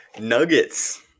Nuggets